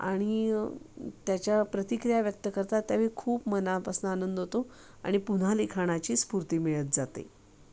आणि त्याच्या प्रतिक्रिया व्यक्त करतात त्यावेळी खूप मनापासून आनंद होतो आणि पुन्हा लिखाणाची स्फूर्ती मिळत जाते